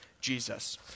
Jesus